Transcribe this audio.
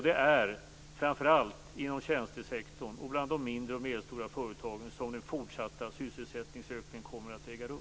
Det är framför allt inom tjänstesektorn och bland de mindre och medelstora företagen som den fortsatta sysselsättningsökningen kommer att äga rum.